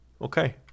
Okay